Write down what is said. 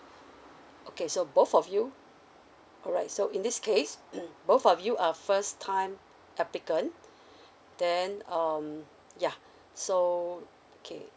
okay so both of you alright so in this case both of you are first time applicant then um ya so okay